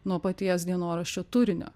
nuo paties dienoraščio turinio